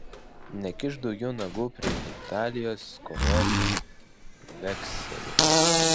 nekišk daugiau nagų prie italijos skolos vekselių